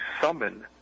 summon